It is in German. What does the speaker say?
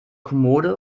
kommode